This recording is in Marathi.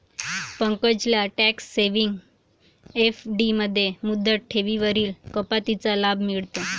पंकजला टॅक्स सेव्हिंग एफ.डी मध्ये मुदत ठेवींवरील कपातीचा लाभ मिळतो